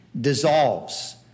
dissolves